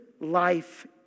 life